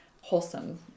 wholesome